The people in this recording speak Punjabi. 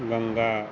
ਗੰਗਾ